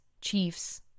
Chiefs